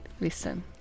Listen